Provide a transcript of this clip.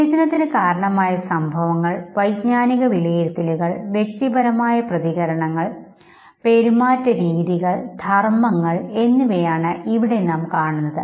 ഉത്തേജനത്തിന് കാരണമായ സംഭവങ്ങൾ വൈജ്ഞാനിക വിലയിരുത്തലുകൾ വ്യക്തിപരമായ പ്രതികരണങ്ങൾ പെരുമാറ്റരീതികൾ ധർമ്മങ്ങൾ എന്നിവയാണ് ഇവിടെ നാം കാണുന്നത്